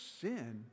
sin